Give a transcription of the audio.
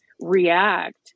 react